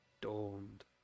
dawned